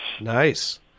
nice